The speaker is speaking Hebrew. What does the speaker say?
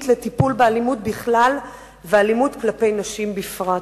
לטיפול באלימות בכלל ובאלימות כלפי נשים בפרט.